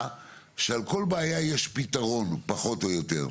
שעל כול בעיה יש פתרון פחות או יותר.